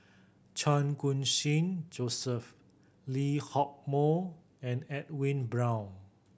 Chan Khun Sing Joseph Lee Hock Moh and Edwin Brown